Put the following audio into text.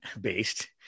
based